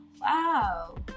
Wow